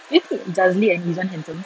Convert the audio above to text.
eh iya ke jazli and izuan handsome